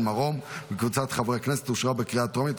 מרום וקבוצת חברי הכנסת אושרה בקריאה טרומית,